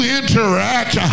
interact